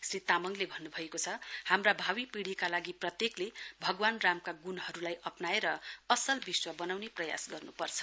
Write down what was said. श्री तामाङले भन्न् भएको छ हाम्रा भावी पीढिका लागि प्रत्येकले भगवान रामका ग्णहरूली अप्नाएर असल विश्व बनाउने प्रयास गर्नुपर्छ